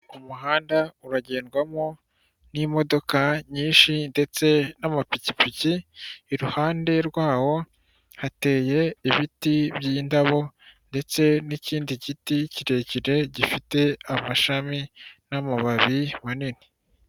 Umuhanda uragendwamo n'imodoka nyinshi ndetse n'amapikipiki, iruhande rwawo hateye ibiti by'indabo ndetse n'ikindi giti kirekire gifite amashami n'amababi manini.